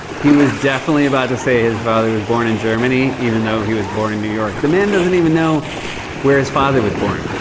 he was definitely about to say his father was born in germany even though he was born in new york. the man doesn't even know where his father was born.